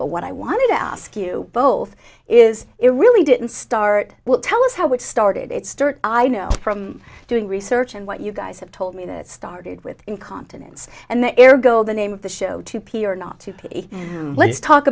but what i wanted to ask you both is it really didn't start well tell us how it started its start i know from doing research and what you guys have told me that started with incontinence and the air go the name of the show to pee or not to let's talk